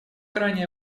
ранее